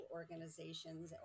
organizations